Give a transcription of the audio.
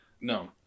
No